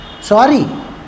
Sorry